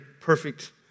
perfect